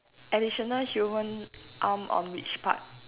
additional human arm on which part